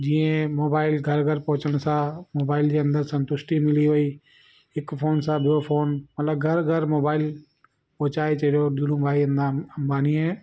जीअं मोबाइल घर घर पहुचण सां मोबाइल जे अंदरि संतुष्टी मिली वई हिकु फोन सां ॿियो फोन मतलबु घर घर मोबाइल पहुचाए छॾियो धीरू भाई अंबा अंबानीअ